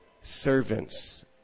servants